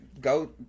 go